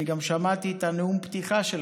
אני גם שמעתי את נאום הפתיחה שלך.